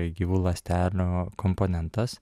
gyvų ląstelių komponentas